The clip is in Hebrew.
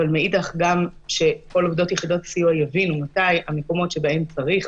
אבל מאידך גם שכל עובדות יחידות הסיוע יבינו מתי המקומות שבהם צריך